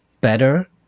better